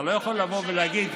אתה לא יכול לבוא ולהגיד,